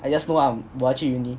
I just know I'm 我要去 uni